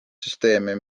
süsteemi